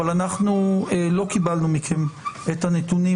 אבל אנחנו לא קיבלנו מכם את הנתונים,